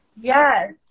Yes